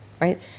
right